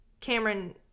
Cameron